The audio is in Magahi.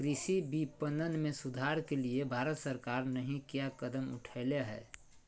कृषि विपणन में सुधार के लिए भारत सरकार नहीं क्या कदम उठैले हैय?